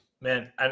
man